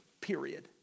Period